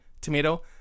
tomato